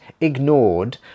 ignored